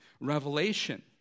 Revelation